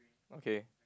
okay